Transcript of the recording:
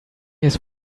his